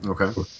Okay